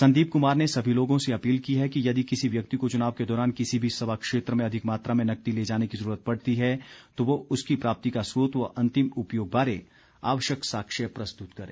संदीप कुमार ने सभी लोगों से अपील की है कि यदि किसी व्यक्ति को चुनाव के दौरान किसी भी सभा क्षेत्र में अधिक मात्रा में नकदी ले जाने की जरूरत पड़ती है तो वह उसकी प्राप्ति का स्रोत व अंतिम उपयोग बारे आवश्यक साक्ष्य प्रस्तुत करें